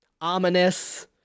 ominous